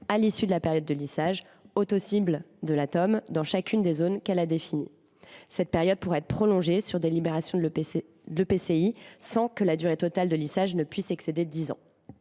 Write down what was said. à l’issue de la période de lissage, au taux cible de Teom dans chacune des zones qu’elle a définies. Cette période pourra être prolongée sur délibération de l’EPCI, sans que la durée totale de lissage puisse excéder dix ans.